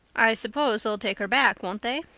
i suppose they'll take her back, won't they?